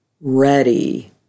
ready